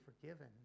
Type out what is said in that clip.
forgiven